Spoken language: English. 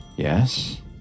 Yes